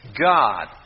God